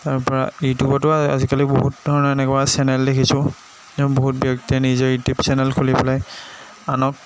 তাৰপৰা ইউটিউবটো আজিকালি বহুত ধৰণৰ এনেকুৱা চেনেল দেখিছোঁ বহুত ব্যক্তিয়ে নিজৰ ইউটিউব চেনেল খুলি পেলাই আনক